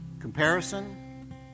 comparison